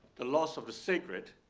the loss of the sacred,